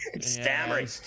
Stammering